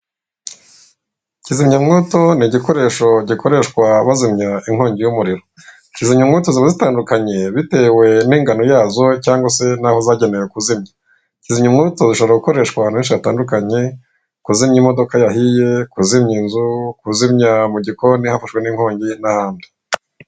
Kizimyamwoto ni igikoresho gikoreshwa banzimya inkongi y'umuriro. Kizimyamwoto ziba zitandukanye bitewe n'ingano yazo cyangwa se n'aho zagenewe kuzimya. Kizimyamwoto ishobora gukoreshwa ahantu henshi hatandukanye; kuzimya imodoka yahiye, kuzimya inzu, kuzimya ku gikoni hafashwe n'inkongi, n'ahandi.